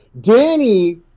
danny